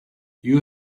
you